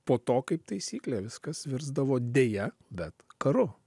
po to kaip taisyklė viskas virsdavo deja bet karu